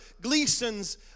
Gleason's